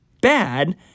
bad